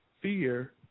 fear